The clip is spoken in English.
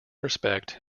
respect